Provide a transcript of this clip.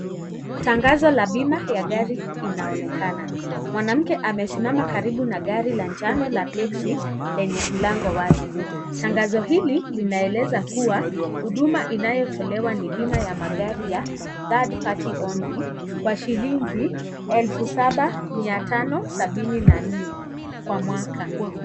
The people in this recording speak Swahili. Tangazo la bima ya gari inaonekana. Mwanamke amesimama karibu na gari la njano la teksi lenye mlango wazi. Tangazo hili linaeleza kuwa huduma inayotolewa ni bima ya magari ya third party only kwa shilingi elfu saba mia tano sabini na nne kwa mwaka.